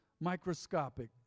microscopic